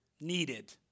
needed